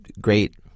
great